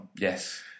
yes